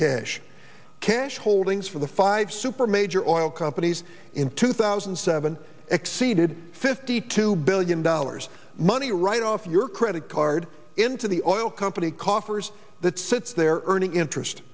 cash cash holdings for the five super major oil companies in two thousand and seven exceeded fifty two billion dollars money write off your credit card into the oil company coffers that sits there earning interest